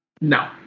No